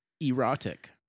erotic